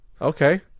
Okay